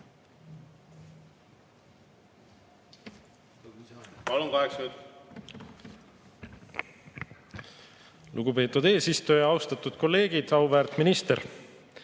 Lugupeetud eesistuja! Austatud kolleegid! Auväärt minister!